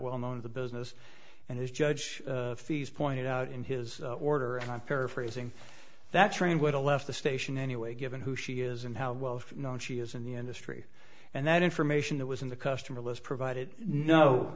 well known in the business and has judge fees pointed out in his order and i'm paraphrasing that train with a left the station anyway given who she is and how well known she is in the industry and that information that was in the customer list provided no